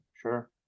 Sure